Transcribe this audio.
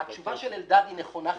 התשובה של אלדד נכונה חלקית,